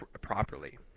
properly